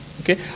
Okay